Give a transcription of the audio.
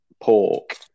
pork